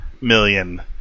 million